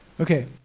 okay